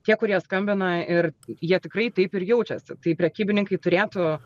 tie kurie skambina ir jie tikrai taip ir jaučiasi tai prekybininkai turėtų